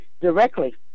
directly